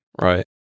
Right